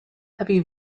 heavy